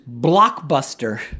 Blockbuster